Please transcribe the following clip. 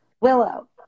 willow